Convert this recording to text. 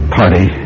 party